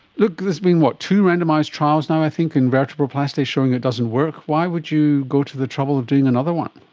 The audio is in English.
look, there's been, what, two randomised trials now i think in vertebroplasty showing it doesn't work. why would you go to the trouble of doing another one?